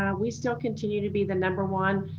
um we still continue to be the number one